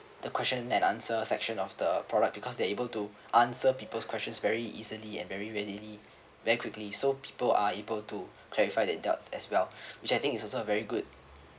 the question and answer section of the product because they are able to answer people's questions very easily and very readily very quickly so people are able to clarify that doubts as well which I think is also a very good